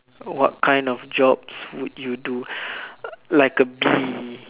what kind of jobs would you do like a bee